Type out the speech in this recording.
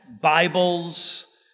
Bibles